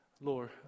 Lord